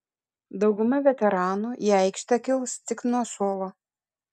dauguma veteranų į aikštę kils tik nuo suolo